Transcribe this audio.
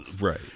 Right